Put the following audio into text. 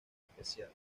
special